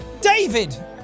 David